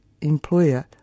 employer